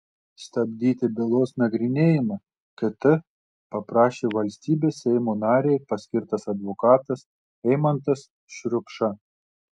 stabdyti bylos nagrinėjimą kt paprašė valstybės seimo narei paskirtas advokatas eimantas šriupša